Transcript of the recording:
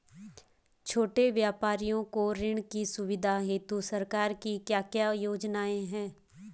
छोटे व्यापारियों को ऋण की सुविधा हेतु सरकार की क्या क्या योजनाएँ हैं?